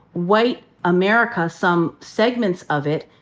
white america, some segments of it,